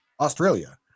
Australia